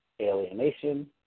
alienation